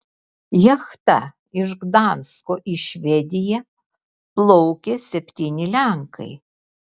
jachta iš gdansko į švediją plaukė septyni lenkai